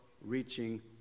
reaching